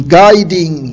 guiding